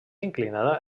inclinada